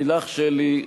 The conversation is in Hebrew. לילך שלי,